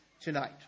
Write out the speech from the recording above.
tonight